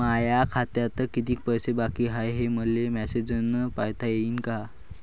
माया खात्यात कितीक पैसे बाकी हाय, हे मले मॅसेजन पायता येईन का?